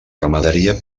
ramaderia